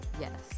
yes